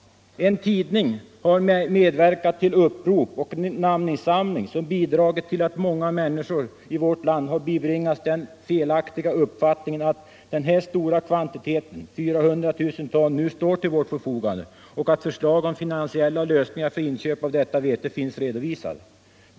En tidning har medverkat till upprop och namninsamling och bidragit till att många människor har bibringats den felaktiga uppfattningen att den här stora kvantiteten, 400 000 ton, nu står till vårt förfogande och att förslag om finansiella lösningar för inköp av detta vete finns redovisade.